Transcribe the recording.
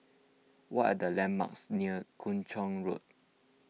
what are the landmarks near Kung Chong Road